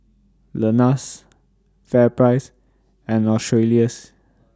Lenas FairPrice and Australis